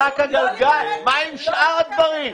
מה עם שאר הדברים?